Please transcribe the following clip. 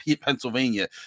Pennsylvania